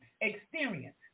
experience